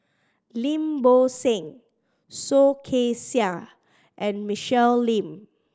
Lim Bo Seng Soh Kay Siang and Michelle Lim